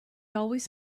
always